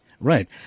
Right